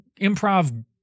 improv